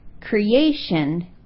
creation